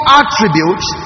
attributes